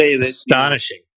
astonishing